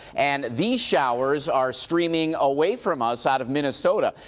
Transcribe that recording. and the showers are streaming away from us out of minnesota.